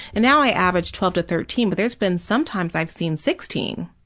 and now i average twelve to thirteen, but there has been sometimes i've seen sixteen.